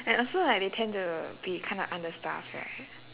and also like they tend to be kinda understaffed right